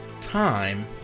time